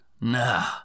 Nah